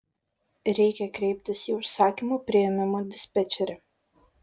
reikia kreiptis į užsakymų priėmimo dispečerį